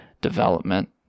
development